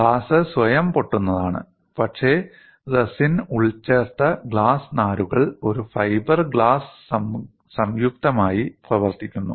glass സ്വയം പൊട്ടുന്നതാണ് പക്ഷേ റെസിൻ ഉൾച്ചേർത്ത ഗ്ലാസ് നാരുകൾ ഒരു ഫൈബർ ഗ്ലാസ് സംയുക്തമായി പ്രവർത്തിക്കുന്നു